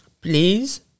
please